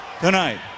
Tonight